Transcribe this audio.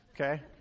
Okay